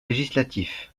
législatif